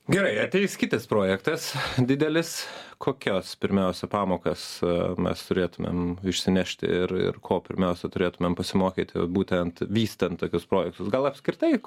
gerai ateis kitas projektas didelis kokios pirmiausia pamokas mes turėtumėm išsinešti ir ir ko pirmiausia turėtumėm pasimokyti būtent vystant tokius projektus gal apskritai